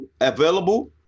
available